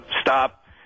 Stop